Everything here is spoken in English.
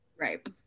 right